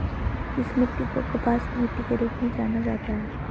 किस मिट्टी को कपास की मिट्टी के रूप में जाना जाता है?